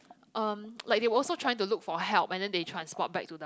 um like they also trying to look for help and then they transport back to the